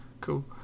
Cool